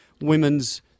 women's